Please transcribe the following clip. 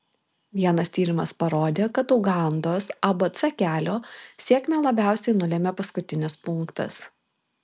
vienas tyrimas parodė kad ugandos abc kelio sėkmę labiausiai nulėmė paskutinis punktas